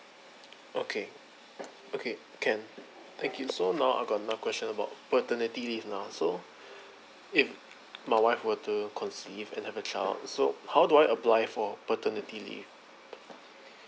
okay okay can thank you so now I'm gonna question about paternity leave now so if my wife were to conceive and have a child so how do I apply for paternity leave